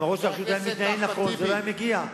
אם ראש הרשות היה מתנהל נכון, זה לא היה קורה.